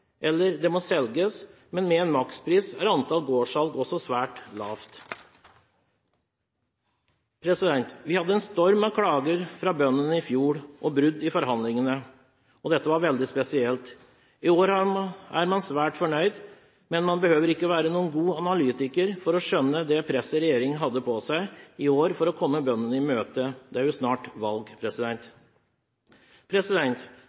eller det må selges. Men med en makspris er antallet gårdssalg også svært lavt. Vi hadde en storm av klager fra bøndene i fjor. Det ble brudd i forhandlingene. Dette var veldig spesielt. I år er man svært fornøyd, men man behøver ikke å være noen god analytiker for å skjønne det presset regjeringen hadde på seg i år for å komme bøndene i møte. Det er jo snart valg.